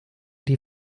die